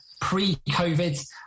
pre-COVID